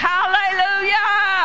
Hallelujah